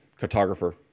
cartographer